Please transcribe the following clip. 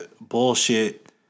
bullshit